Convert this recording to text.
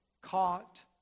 caught